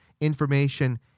information